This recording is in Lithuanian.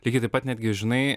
lygiai taip pat netgi žinai